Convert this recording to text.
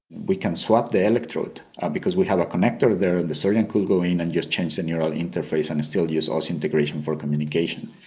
we can swap the electrode because we have a connector there and the surgeon could go in and just change the neural interface and still use osseointegration for communication.